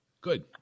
Good